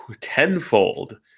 tenfold